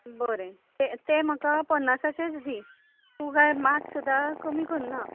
बरें ते ते म्हाका पन्नासाचेच दी तूं कांय मात सुद्दां कमी कन्ना